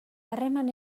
harreman